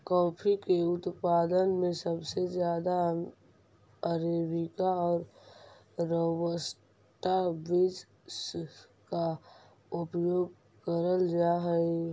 coffee के उत्पादन में सबसे ज्यादा अरेबिका और रॉबस्टा बींस का उपयोग करल जा हई